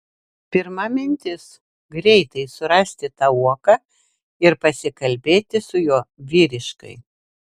pirma mintis greitai susirasti tą uoką ir pasikalbėti su juo vyriškai